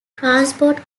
transport